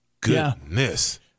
Goodness